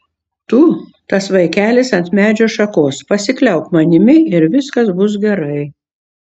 tu tas vaikelis ant medžio šakos pasikliauk manimi ir viskas bus gerai